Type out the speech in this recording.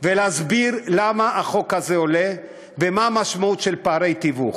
ולהסביר לכם למה החוק הזה עולה ומה המשמעות של פערי תיווך,